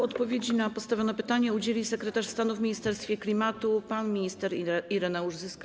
Odpowiedzi na postawione pytanie udzieli sekretarz stanu w Ministerstwie Klimatu pan minister Ireneusz Zyska.